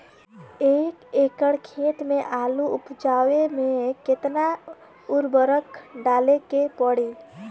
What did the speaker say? एक एकड़ खेत मे आलू उपजावे मे केतना उर्वरक डाले के पड़ी?